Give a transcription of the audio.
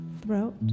throat